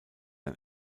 ein